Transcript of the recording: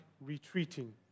retreating